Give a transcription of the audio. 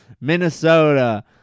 Minnesota